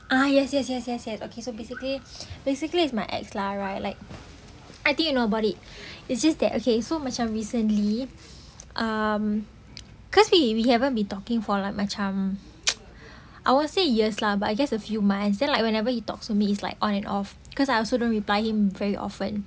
ah yes yes yes yes yes okay so basically basically is my ex lah right like I think you know about it it's just that okay so macam recently um cause we we haven't been talking for like macam I will say years lah but I guess a few month then like whenever he talks to me it's like on and off because I also don't reply him very often